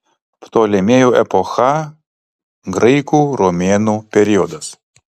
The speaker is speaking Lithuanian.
ptolemėjų epocha graikų romėnų periodas